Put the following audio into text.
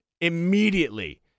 immediately